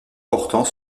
portant